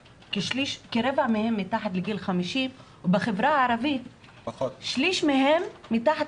כרבע מהן מתחת לגיל 50. בחברה הערבית שליש מהן מתחת